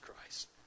Christ